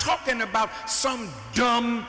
talking about some dum